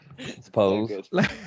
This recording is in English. Suppose